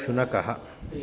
शुनकः